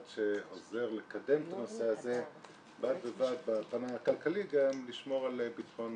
שעוזר לקדם את הנושא הזה בד בבד בפן הכלכלי גם לשמור על ביטחון